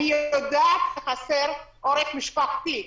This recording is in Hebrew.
אני יודעת שחסר עורף משפחתי.